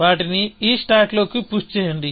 వాటిని ఈ స్టాక్లోకి పుష్ చేయండి